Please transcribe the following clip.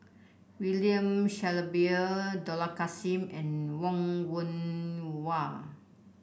William Shellabear Dollah Kassim and Wong Yoon Wah